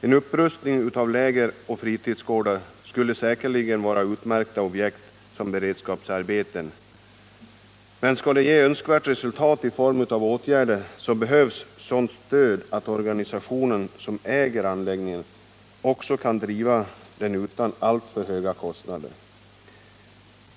En upprustning av lägeroch fritidsgårdar skulle sannerligen vara utmärkt som beredskapsarbete, men skall det bli önskvärda resultat i form av åtgärder behövs ett sådant stöd att den organisation som äger anläggningen kan driva den utan alltför höga kostnader.